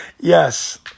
Yes